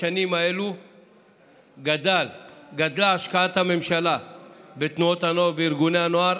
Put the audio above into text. בשנים האלה גדלה השקעת הממשלה בתנועות הנוער וארגוני הנוער